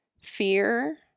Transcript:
Fear